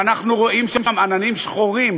ואנחנו רואים שם עננים שחורים,